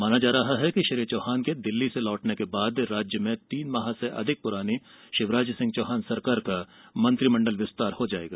माना जा रहा है कि श्री चौहान के दिल्ली से लौटने के बाद राज्य में तीन माह से अधिक पुरानी शिवराज सिंह चौहान सरकार का मंत्रिमंडल विस्तार हो जाएगा